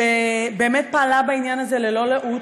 שבאמת פעלה בעניין הזה ללא לאות,